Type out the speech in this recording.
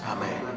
Amen